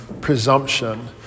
presumption